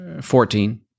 Fourteen